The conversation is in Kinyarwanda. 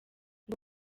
ngo